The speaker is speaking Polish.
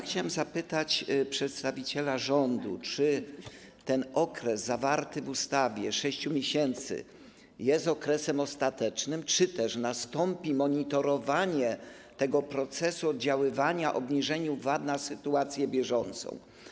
Chciałem zapytać przedstawiciela rządu: Czy ten okres zawarty w ustawie, 6 miesięcy, jest okresem ostatecznym, czy też nastąpi monitorowanie tego procesu oddziaływania, obniżenie VAT w związku z sytuacją bieżącą?